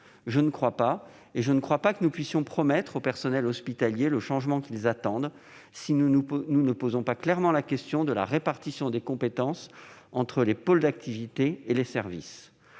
ne le crois pas, et je doute que nous puissions promettre aux personnels hospitaliers le changement qu'ils attendent, si nous ne posons pas clairement la question de la répartition des compétences entre les pôles d'activités et les services.